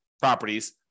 properties